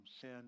sin